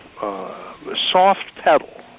soft-pedal